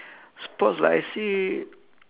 sports like I say